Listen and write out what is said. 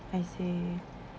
I see